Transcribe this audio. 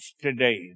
today